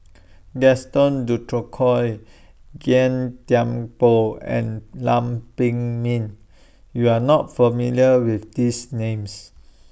Gaston Dutronquoy Gan Thiam Poh and Lam Pin Min YOU Are not familiar with These Names